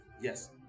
Yes